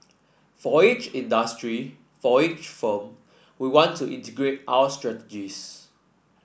for each industry for each firm we want to integrate our strategies